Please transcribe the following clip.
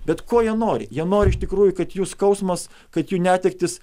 bet ko jie nori jie nori iš tikrųjų kad jų skausmas kad jų netektys